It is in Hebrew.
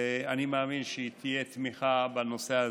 אני מאמין שתהיה תמיכה בנושא הזה,